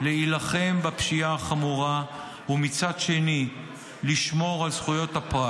להילחם בפשיעה חמורה ומצד שני לשמור על זכויות הפרט.